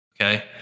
Okay